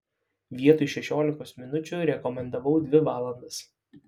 vietoj šešiolikos minučių rekomendavau dvi valandas